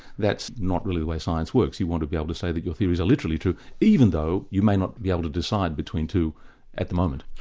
that's not really the way science works, you want to be able to say that your theories are literally true, even though you may not be able to decide between two at the moment.